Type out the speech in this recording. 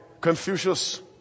Confucius